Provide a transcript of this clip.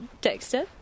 Dexter